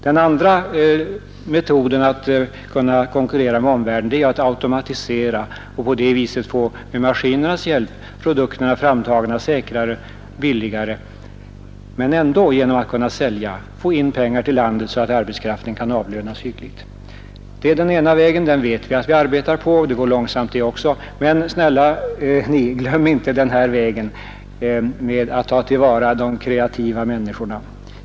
Den andra metoden att konkurrera med omvärlden är att automatisera verkstadsindustrin och på det viset med maskinernas hjälp få produkterna framtagna säkrare och billigare samt genom att därigenom kunna sälja få in valuta så att arbetskraften kan avlönas hyggligt. Den vägen arbetar man även på, men vi vet att det går långsamt. Därför, snälla ni, glöm inte bort möjligheten att ta till vara också de kreativa människorna.